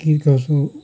कि कसो